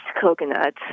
coconut